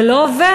זה לא עובד,